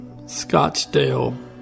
Scottsdale